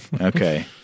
okay